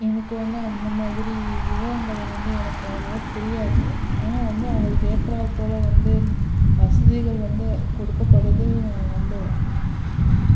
எனக்கு வந்து அந்த மாதிரி விவரங்களை வந்து எனக்கு அவ்வளோவா தெரியாது ஆனால் வந்து அவங்களுக்கு ஏற்றார் போல் வந்து வசதிகள் வந்து கொடுக்கபடுது நான் நம்புகிறேன்